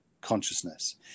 consciousness